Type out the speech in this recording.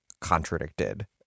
contradicted